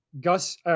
Gus